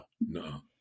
no